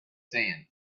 sands